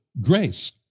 grace